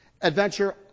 Adventure